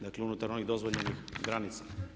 Dakle, unutar onih dozvoljenih granica.